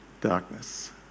darkness